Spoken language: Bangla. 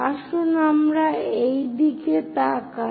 আসুন আমরা এই দিকে তাকাই